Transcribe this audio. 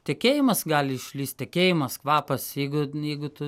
tikėjimas gali išlįst tekėjimas kvapas jeigu jeigu tu